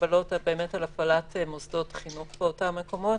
מגבלות על הפעלת מוסדות חינוך באותם מקומות,